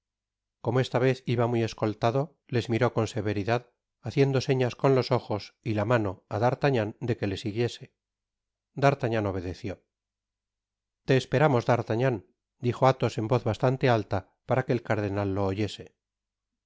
como esta vez iba muy escoltado les miró con severidad haciendo señas con los ojos y la mano á d'ariagnan de que le siguiese d'artagnan obedeció content from google book search generated at que te esperamos d'artagnan dijo athos en voz bastante alta para que el cardenal lo oyese